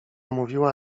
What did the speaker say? mówiła